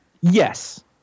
Yes